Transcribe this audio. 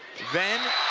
then,